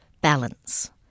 balance